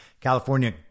California